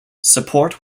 support